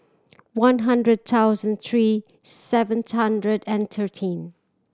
one hundred thousand three seven hundred and thirteen